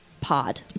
pod